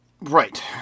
Right